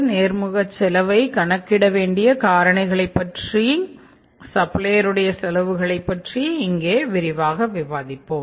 நேர்முகசெலவை கணக்கிட வேண்டிய காரணிகளைப் பற்றி அதாவது சப்ளையர் உடைய செலவுகளை பற்றி இங்கே விரிவாக விவாதிப்போம்